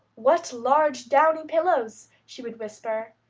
what large, downy pillows! she would whisper.